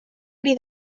bri